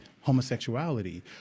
homosexuality